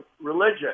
religion